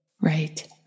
Right